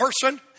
person